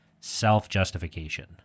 self-justification